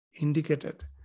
indicated